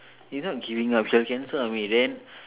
it's not giving up she will cancel on me then